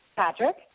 Patrick